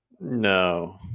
No